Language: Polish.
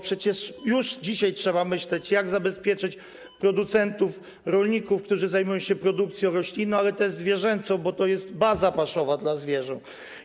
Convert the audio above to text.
Przecież już dzisiaj trzeba myśleć, jak zabezpieczyć producentów, rolników, którzy zajmują się produkcją roślinną, ale też poniekąd zwierzęcą, bo to jest baza paszowa dla zwierząt.